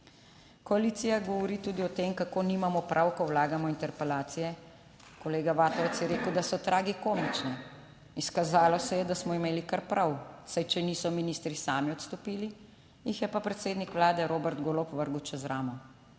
Koalicija govori tudi o tem kako nimamo prav, ko vlagamo interpelacije. Kolega Vatovec je rekel, da so tragikomične. Izkazalo se je, da smo imeli kar prav, saj če niso ministri sami odstopili, jih je pa predsednik Vlade Robert Golob vrgel čez ramo.